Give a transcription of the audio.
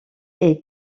est